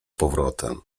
powrotem